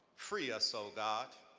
free us, oh god.